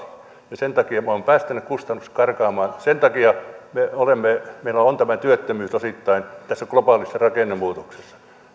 ja sen takia me olemme päästäneet kustannukset karkaamaan ja osittain sen takia meillä on tämä työttömyys tässä globaalissa rakennemuutoksessa